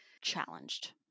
challenged